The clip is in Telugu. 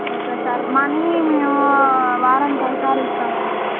ఓకే సార్ మనీ మేము వారానికొకసారి ఇస్తామండి